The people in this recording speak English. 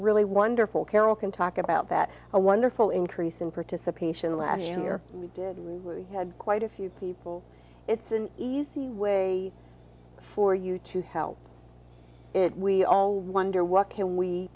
really wonderful carroll can talk about that a wonderful increase in participation last year we did we had quite a few people it's an easy way for you to help it we all wonder what can we